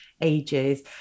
ages